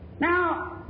Now